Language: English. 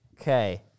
Okay